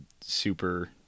super